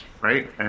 right